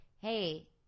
hey